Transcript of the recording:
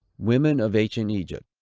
women of ancient egypt.